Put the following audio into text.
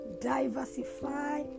diversify